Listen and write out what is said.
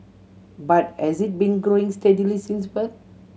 but has it been growing steadily since birth